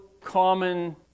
common